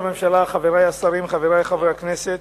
הממשלה, חברי השרים, חברי חברי הכנסת,